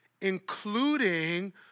including